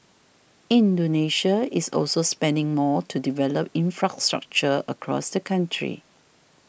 Indonesia is also spending more to develop infrastructure across the country